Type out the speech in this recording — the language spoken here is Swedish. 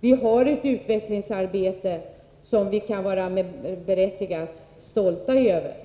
Vi har ett utvecklingsarbete som vi med rätta kan vara stolta över.